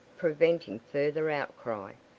preventing further outcry.